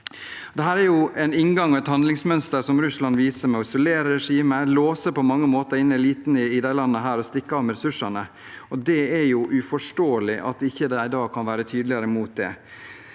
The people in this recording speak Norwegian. Dette er en inngang og et handlingsmønster som Russland viser, med å isolere regimer og på mange måter låse eliten inne i disse landene og stikke av med ressursene, og det er uforståelig at de ikke kan være tydeligere imot det.